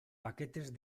paquetes